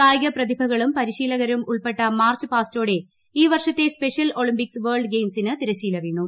കായിക പ്രതിഭകളും പരിശീലകരും ഉൾപ്പെട്ട മാർച്ച് പാസ്റ്റോടെ ഈ വർഷത്തെ സ്പെഷ്യൽ ഒളിമ്പിക്സ് വേൾഡ് ഗെയിംസിന് തിരശീല വീണു